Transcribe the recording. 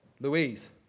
Louise